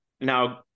Now